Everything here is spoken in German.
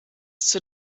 zur